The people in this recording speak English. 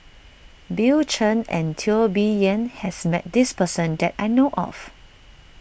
Bill Chen and Teo Bee Yen has met this person that I know of